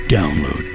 Download